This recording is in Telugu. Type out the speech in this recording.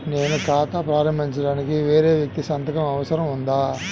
నేను ఖాతా ప్రారంభించటానికి వేరే వ్యక్తి సంతకం అవసరం ఉందా?